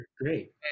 Great